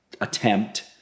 attempt